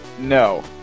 No